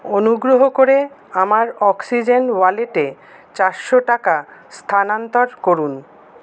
অনুগ্রহ করে আমার অক্সিজেন ওয়ালেটে চারশো টাকা স্থানান্তর করুন